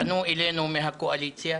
פנו אלינו מהקואליציה,